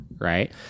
right